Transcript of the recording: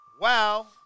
Wow